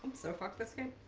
so for fiscal